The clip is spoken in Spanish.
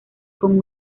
con